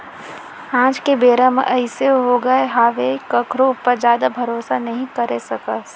आज के बेरा म अइसे होगे हावय कखरो ऊपर जादा भरोसा नइ करे सकस